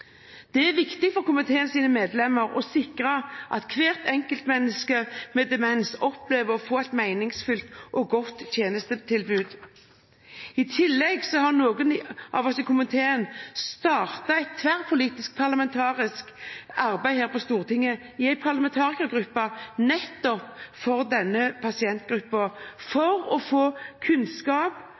Det er viktig for komiteens medlemmer å sikre at hvert enkeltmenneske med demens opplever å få et meningsfylt og godt tjenestetilbud. I tillegg har noen av oss i komiteen startet et tverrpolitisk parlamentarisk arbeid her på Stortinget i en parlamentarikergruppe nettopp for denne pasientgruppen, for å få kunnskap